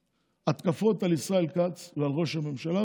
בתזמונים התקפות על ישראל כץ ועל ראש הממשלה,